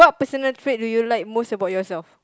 personal trait do you most like about yourself